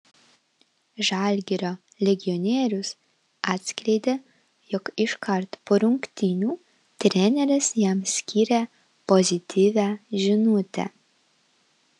žalgirio legionierius atskleidė jog iškart po rungtynių treneris jam skyrė pozityvią žinutę